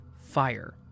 fire